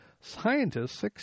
scientists